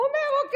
הוא אומר: אוקיי,